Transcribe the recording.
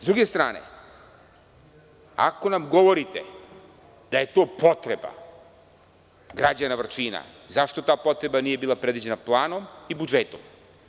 Sa druge strane, ako nam govorite da je to potreba građana Vrčina, zašto ta potreba nije bila predviđena planom i budžetom?